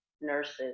nurses